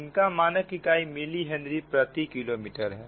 इनका मानक इकाई मिली हेनरी प्रति किलोमीटर है